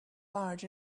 large